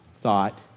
thought